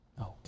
Okay